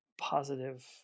positive